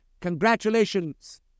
congratulations